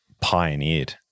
pioneered